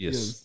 Yes